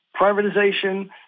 privatization